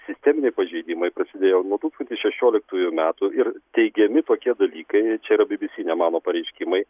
sisteminiai pažeidimai prasidėjo nuo tūkstantis šešioliktųjų metų ir teigiami tokie dalykai čia yra bbc ne mano pareiškimai